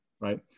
Right